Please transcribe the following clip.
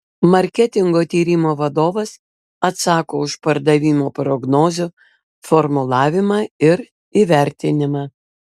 marketingo tyrimo vadovas atsako už pardavimo prognozių formulavimą ir įvertinimą